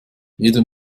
jeder